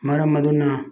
ꯃꯔꯝ ꯑꯗꯨꯅ